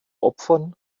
opfern